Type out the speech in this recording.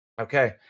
Okay